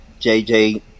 JJ